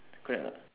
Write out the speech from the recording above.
correct or not